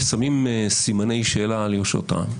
ושמים סימני שאלה על יושרתם,